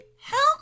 Help